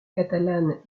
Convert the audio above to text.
catalane